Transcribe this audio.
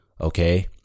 Okay